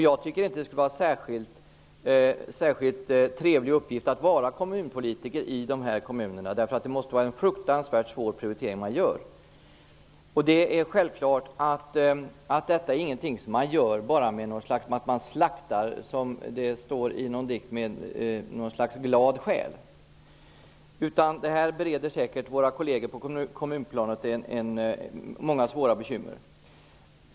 Jag tycker inte att det skulle vara en särskilt trevlig uppgift att vara kommunpolitiker i dessa kommuner, därför att det måste vara fruktansvärt svårt att göra prioriteringar. Det är självklart att man inte, som det står i en dikt, slaktar med glad själ. Det här bereder säkert våra kolleger på kommunplanet många svåra bekymmer.